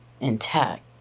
intact